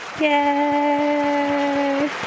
Yay